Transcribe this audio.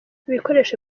ibikoresho